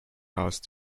house